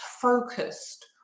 focused